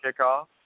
kickoff